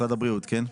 משרד הבריאות, כן?